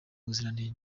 ubuziranenge